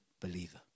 believer